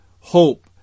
hope